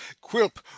quilp